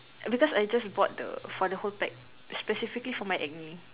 because I just bought the for the whole pack specifically for my acne